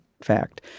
fact